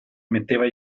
metteva